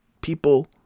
people